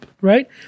right